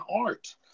art